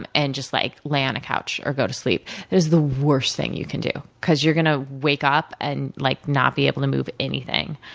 and and just like lay on a couch, or go to sleep. that is the worst thing you can do because you're gonna wake up and like not be able to move anything.